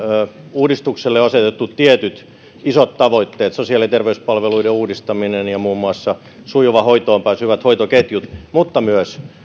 uudistukselle on asetettu tietyt isot tavoitteet sosiaali ja terveyspalveluiden uudistaminen ja muun muassa sujuva hoitoonpääsy ja hyvät hoitoketjut mutta myös